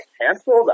cancelled